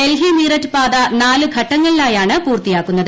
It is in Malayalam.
ഡൽഹി മീററ്റ് പാത നാല് ഘട്ടങ്ങളിലായാണ് പൂർത്തിയാക്കുന്നത്